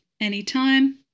anytime